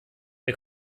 wir